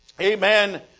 amen